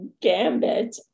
gambit